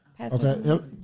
Okay